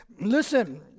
listen